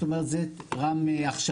זאת אומרת זה ר"ם הכשרות,